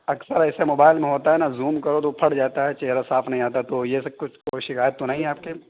اکثر ایسے موبائل میں ہوتا ہے نا زوم کرو تو وہ پھٹ جاتا ہے چہرہ صاف نہیں آتا تو یہ سب کچھ کوئی شکایت تو نہیں ہے آپ کے